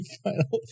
final